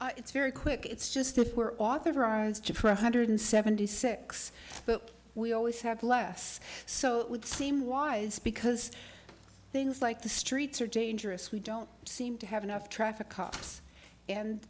you it's very quick it's just if we're authorized to press hundred seventy six but we always have less so would seem wise because things like the streets are dangerous we don't seem to have enough traffic cops and